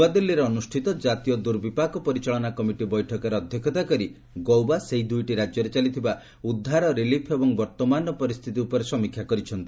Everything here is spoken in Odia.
ନୂଆଦିଲ୍ଲୀରେ ଅନୁଷ୍ଠିତ କ୍ରାତୀୟ ଦୂର୍ବିପାକ ପରିଚାଳନା କମିଟି ବୈଠକରେ ଅଧ୍ୟକ୍ଷତା କରି ଗୌବା ସେହି ଦୁଇଟି ରାଜ୍ୟରେ ଚାଲିଥିବା ଉଦ୍ଧାର ରିଲିଫ ଏବଂ ବର୍ତ୍ତମାନର ପରିସ୍ଥିତି ଉପରେ ସମୀକ୍ଷା କରିଛନ୍ତି